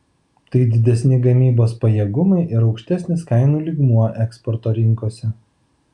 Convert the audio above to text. tai didesni gamybos pajėgumai ir aukštesnis kainų lygmuo eksporto rinkose